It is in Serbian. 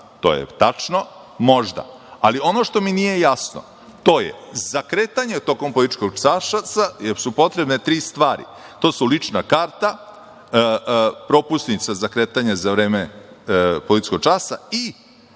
je tačno, možda, ali ono što mi nije jasno… Za kretanje tokom policijskog časa su potrebne tri stvari, a to su: lična karta, propusnica za kretanje za vreme policijskog časa i